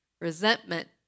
Resentment